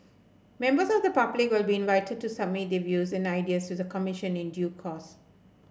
members of the public will be invited to submit their views and ideas to the Commission in due course